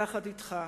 יחד אתך.